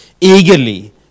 eagerly